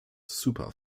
super